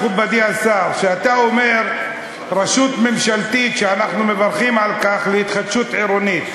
מכובדי השר: כשאתה אומר רשות ממשלתית להתחדשות עירונית,